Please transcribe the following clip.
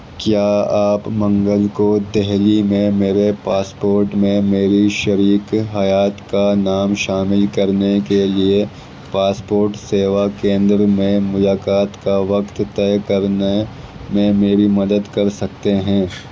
کیا آپ منگل کو دہلی میں میرے پاسپوٹ میں میری شریک حیات کا نام شامل کرنے کے لیے پاسپوٹ سیوا کیندر میں ملاقات کا وقت طے کرنے میں میری مدد کر سکتے ہیں